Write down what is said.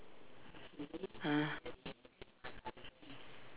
ah